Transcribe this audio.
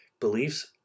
beliefs